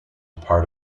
part